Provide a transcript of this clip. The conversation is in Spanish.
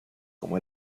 como